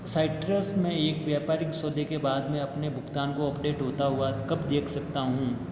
citrus में एक व्यापारिक सौदे के बाद में अपने भुगतान को अपडेट होता हुआ कब देख सकता हूँ